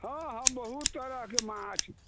हँ हँ बहुत तरहके माछ